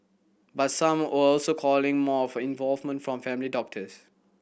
but some are also calling more for involvement from family doctors